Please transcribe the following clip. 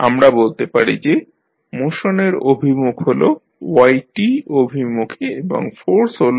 আমরা বলতে পারি যে মোশনের অভিমুখ হল y অভিমুখে এবং ফোর্স হল